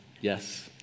Yes